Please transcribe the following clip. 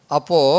Apo